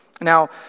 Now